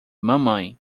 mamãe